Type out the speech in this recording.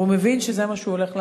והוא מבין שזה מה שהוא הולך לעשות.